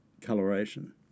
coloration